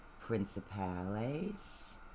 principales